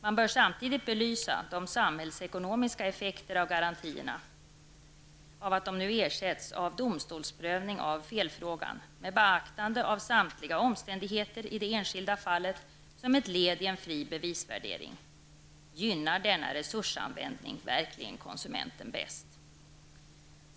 Man bör samtidigt belysa de samhällsekonomiska effekterna av att garantierna nu ersätts av domstolsprövning av felfrågan med beaktande av samtliga omständigheter i det enskilda fallet som ett led i en fri bevisvärdering. Gynnar denna resursanvändning verkligen konsumenten bäst?